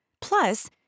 Plus